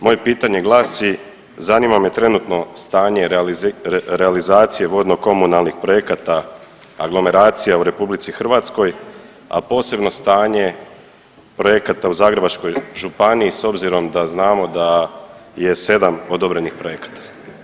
Moje pitanje glasi, zanima me trenutno stanje realizacije vodno-komunalnih projekata aglomeracija u RH, a posebno stanje projekata u Zagrebačkoj županiji, s obzirom da znamo da je 7 odobrenih projekata.